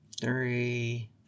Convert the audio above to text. Three